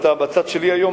אתה בצד שלי היום,